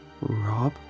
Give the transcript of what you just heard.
Rob